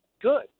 good